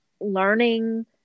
learning